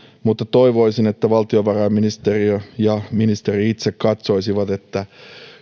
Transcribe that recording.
mutta toivoisin että valtiovarainministeriö ja ministeri itse katsoisivat että